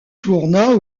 tourna